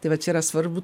tai va čia yra svarbu